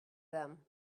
them